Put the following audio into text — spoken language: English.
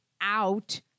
out